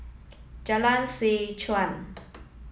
Jalan Seh Chuan